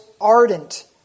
ardent